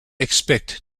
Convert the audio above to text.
expect